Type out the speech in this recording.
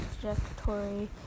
trajectory